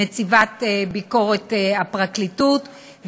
נציבת ביקורת הפרקליטות,